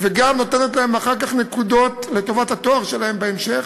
וגם נותנת להן אחר כך נקודות לטובת התואר שלהן בהמשך,